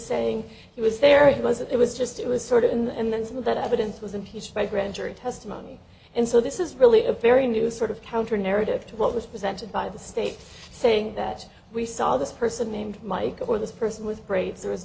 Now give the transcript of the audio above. saying he was there it was it was just it was sort of and then some of that evidence was impeached by grand jury testimony and so this is really a very new sort of counter narrative to what was presented by the state saying that we saw this person named mike or this person with graves there